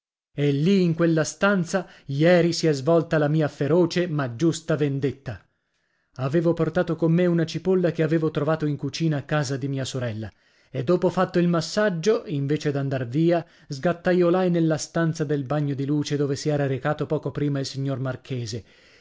e lì in quella stanza ieri si è svolta la mia feroce ma giusta vendetta avevo portato con me una cipolla che avevo trovato in cucina a casa di mia sorella e dopo fatto il massaggio invece d'andar via sgattaiolai nella stanza del bagno di luce dove si era recato poco prima il signor marchese